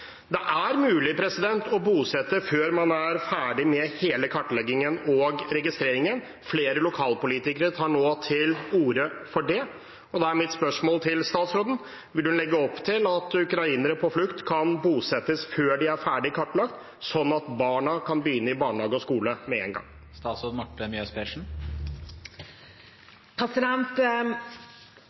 Det er mulig å bosette før man er ferdig med hele kartleggingen og registreringen. Flere lokalpolitikere tar nå til orde for det, og da er mitt spørsmål til statsråden: Vil hun legge opp til at ukrainere på flukt kan bosettes før de er ferdig kartlagt, sånn at barna kan begynne i barnehage og skole med en gang?